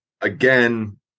Again